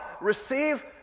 receive